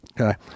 Okay